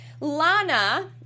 Lana